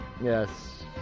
Yes